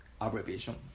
abbreviation